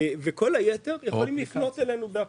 כל היתר יכולים לפנות אלינו באפליקציה.